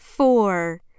Four